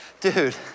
Dude